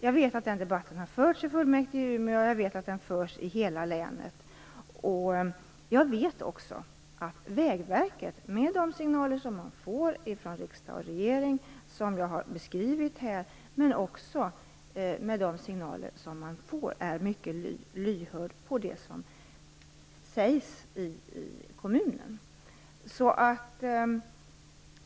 Jag vet att debatten har förts i fullmäktige i Umeå, och jag vet att den förs i hela länet. Jag vet också att Vägverket, med de signaler man får från riksdag och regering såsom jag har beskrivit här, är mycket lyhört för vad som sägs i kommunen.